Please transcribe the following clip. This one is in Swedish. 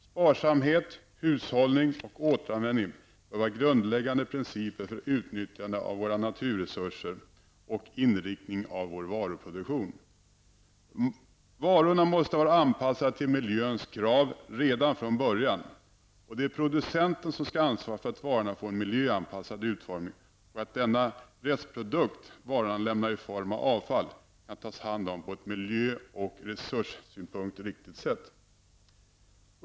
Sparsamhet, hushållning och återanvändning bör vara grundläggande principer för utnyttjandet av naturresurser och inriktningen av varuproduktionen. Varorna måste vara anpassade till miljöns krav redan från början. Det är producenten som skall ansvara för att varorna får en miljöanpassad utformning och att den restprodukt varan lämnar i form av avfall kan tas om hand på ett från miljö och resurssynpunkt riktigt sätt.